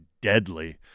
deadly